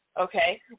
Okay